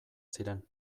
ziren